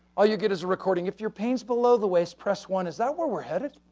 all you get is a recording. if your pain's below the waist, press one. is that where we're headed?